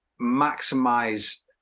maximize